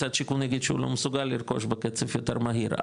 משרד השיכון יגיד שהוא לא מסוגל לרכוש בקצב יותר מהיר,